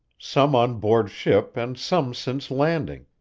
some on board ship and some since landing,